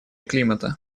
климата